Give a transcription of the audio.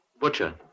butcher